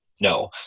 no